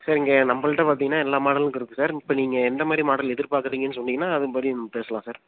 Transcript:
சரிங்க நம்மள்ட்ட பார்த்திங்கன்னா எல்லா மாடலும் இருக்குது சார் இப்போ நீங்கள் எந்த மாதிரி மாடல் எதிர்பார்க்குறிங்கன்னு சொன்னீங்கன்னால் அதுவம் படி பேசலாம் சார்